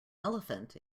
elephant